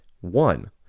One